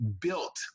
built